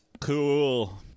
Cool